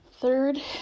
third